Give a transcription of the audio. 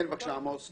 עמוס, בבקשה.